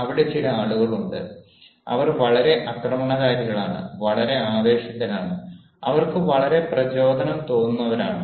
അവിടെ ചില ആളുകൾ ഉണ്ട് അവർ വളരെ ആക്രമണകാരികളാണ് വളരെ ആവേശത്തിലാണ് അവർക്ക് വളരെ പ്രചോദനം തോന്നുന്നവരാണ്